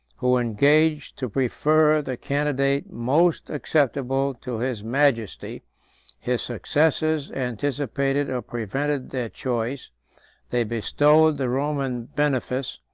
who engaged to prefer the candidate most acceptable to his majesty his successors anticipated or prevented their choice they bestowed the roman benefice,